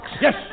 Yes